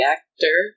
Actor